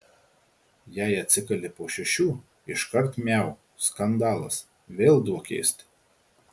jei atsikeli po šešių iškart miau skandalas vėl duok ėsti